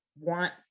want